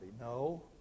No